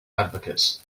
advocates